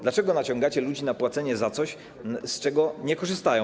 Dlaczego naciągacie ludzi na płacenie za coś, z czego nie korzystają?